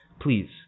please